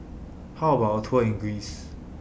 How about A Tour in Greece